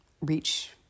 reach